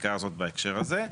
החקיקה הזאת בהקשר הזה.